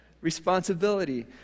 Responsibility